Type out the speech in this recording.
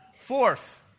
Fourth